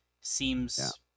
seems